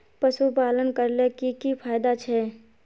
पशुपालन करले की की फायदा छे?